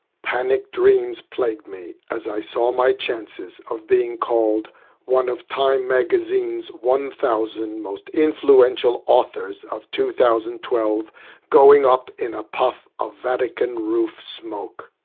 panicked dreams plagued me as i saw my chances of being called one of time magazine's one thousand most influential authors of two thousand and twelve going up in a puff of vatican-roof smoke.